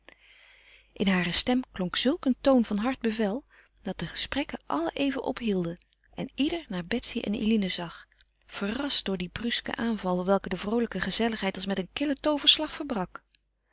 in hare stem klonk zulk een toon van hard bevel dat de gesprekken allen even ophielden en ieder naar betsy en eline zag verrast door dien brusken aanval welke de vroolijke gezelligheid als met een killen tooverslag verbrak